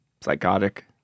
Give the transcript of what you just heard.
psychotic